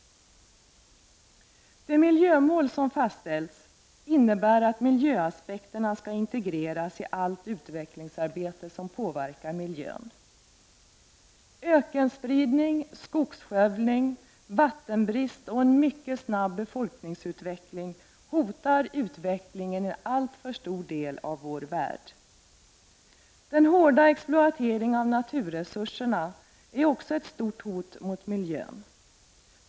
Det miljömål som fastställts innebär att miljöaspekterna skall integreras i allt utvecklingsarbete som påverkar miljön. Ökenspridning, skogsskövling, vattenbrist och en mycket snabb befolkningsutveckling hotar utvecklingen i en alltför stor del av vår värld. Den hårda exploateringen av naturresurserna är också ett starkt hot mot miljön.